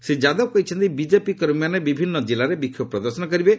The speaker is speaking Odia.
ଶ୍ରୀ ଯାଦବ କହିଛନ୍ତି ବିଜେପି କର୍ମୀମାନେ ବିଭିନ୍ନ ଜିଲ୍ଲାରେ ବିକ୍ଷୋଭ ପ୍ରଦର୍ଶନ କରିବେ